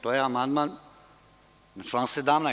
To je amandman na član 17.